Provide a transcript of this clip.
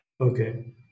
Okay